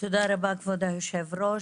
תודה רבה כבוד היושב-ראש.